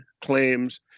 claims